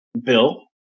Bill